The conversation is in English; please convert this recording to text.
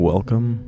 Welcome